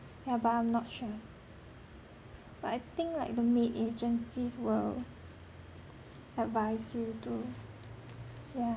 yeah but I'm not sure but I think like the maid agencies will advise you to yeah